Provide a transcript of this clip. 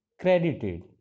credited